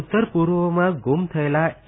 ઉત્તર પૂર્વમાં ગુમ થયેલા એ